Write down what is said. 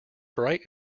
bright